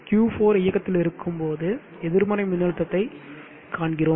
எனவே Q4 இயக்கத்தில் இருக்கும்போது எதிர்மறை மின்னழுத்தத்தைக் காண்கிறோம்